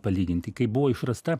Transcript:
palyginti kai buvo išrasta